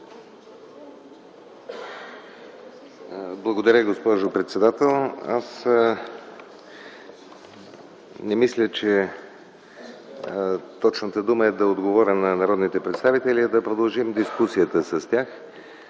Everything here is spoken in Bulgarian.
Благодаря, госпожо председател. Аз не мисля, че точната дума е да отговоря на народните представители, а да продължим дискусията с тях.